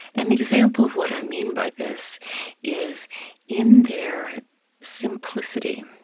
an example of what i mean by this is in their simplicity,